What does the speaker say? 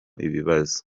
ibibazo